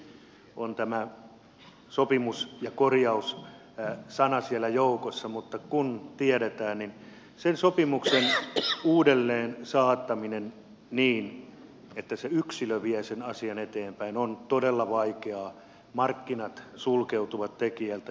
onneksi ovat sanat sopimus ja korjaus siellä joukossa mutta niin kuin tiedetään sen sopimuksen uudelleensaattaminen niin että se yksilö vie sen asian eteenpäin on todella vaikeaa markkinat sulkeutuvat tekijältä